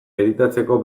editatzeko